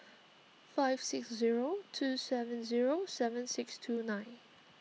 five six zero two seven zero seven six two nine